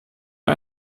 wir